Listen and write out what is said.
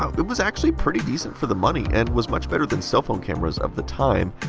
um it was actually pretty decent for the money and was much better than cell phone cameras of the time.